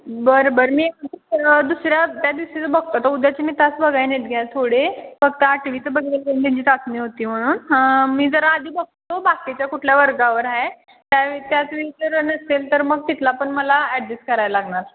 बरं बरं मी दुसऱ्या त्या दिवशीचं बघते तर उद्याची मी तास बघा नाही आहेत घ्या थोडे फक्त आठवीचं बघितलेलं कारण त्यांची चाचणी होती म्हणून मी जरा आधी बघते बाकीच्या कुठल्या वर्गावर आहे त्या त्यात जर नसेल तर मग तिथला पण मला ॲडजस्ट करायला लागणार